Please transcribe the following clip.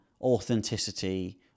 authenticity